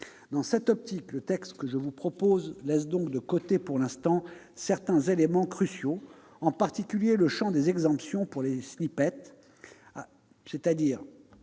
Dans cette optique, le texte que je vous propose laisse donc de côté pour l'instant certains éléments cruciaux, en particulier le champ des exemptions pour les. À partir de